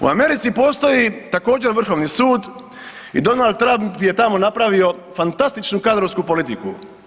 U Americi postoji također vrhovni sud i Donald Trump je tamo napravio fantastičnu kadrovsku politiku.